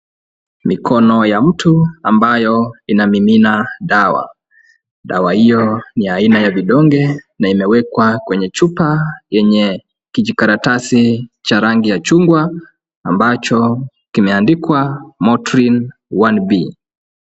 Mikono ya mtu amabayo inamimina dawa. Dawa hiyo ni aina ya vidonge na imewekwa kwenye chupa yenye kijikaratasi cha rangi ya chungwa ambacho kimeandikwa Motrine 1B.